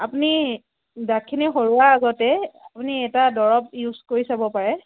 আপুনি দাঁতখিনি সৰোৱাৰ আগতে আপুনি এটা দৰৱ ইউজ কৰি চাব পাৰে